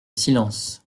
silence